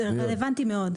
זה רלוונטי מאוד.